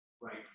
Right